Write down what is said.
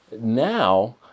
Now